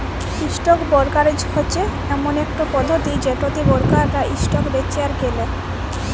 stock brokerage হচ্যে ইমন একট পধতি যেটতে বোরকাররা ইসটক বেঁচে আর কেলে